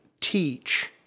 teach